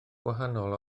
gwahanol